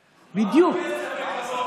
בדיוק.